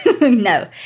No